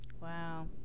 Wow